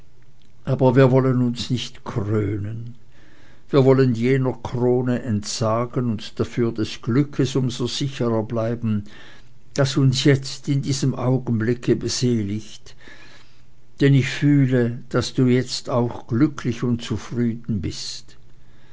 aber wir wollen uns nicht krönen wir wollen jener krone entsagen und dafür des glückes um so sicherer bleiben das uns jetzt in diesem augenblicke beseligt denn ich fühle daß du jetzt auch glücklich und zufrieden bist